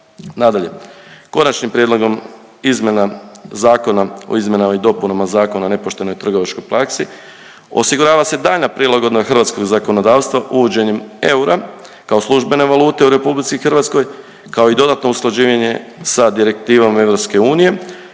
Nadalje, Konačnim prijedlogom izmjena Zakona o izmjenama i dopunama Zakona o nepoštenoj trgovačkoj praksi osigurava se daljnja prilagodba hrvatskog zakonodavstva uvođenjem eura kao službene valute u RH kao i dodatno usklađivanje sa direktivom EU